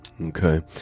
okay